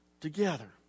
Together